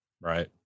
Right